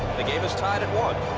the game is tied at one.